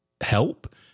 help